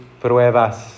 pruebas